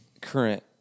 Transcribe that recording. current